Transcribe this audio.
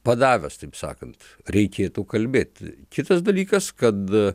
padavęs taip sakant reikėtų kalbėti kitas dalykas kad